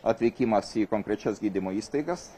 atvykimas į konkrečias gydymo įstaigas